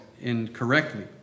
incorrectly